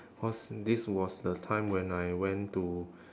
cause this was the time when I went to